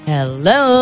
Hello